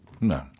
No